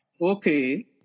Okay